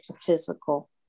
physical